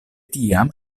tiam